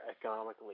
economically